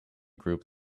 group